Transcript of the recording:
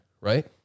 right